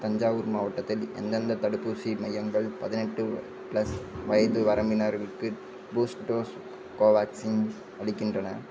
தஞ்சாவூர் மாவட்டத்தில் எந்தெந்த தடுப்பூசி மையங்கள் பதினெட்டு ப்ளஸ் வயது வரம்பினர்களுக்கு பூஸ்ட் டோஸ் கோவேக்சின் அளிக்கின்றன